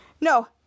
No